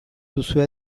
duzue